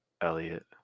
Elliot